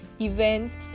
events